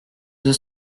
deux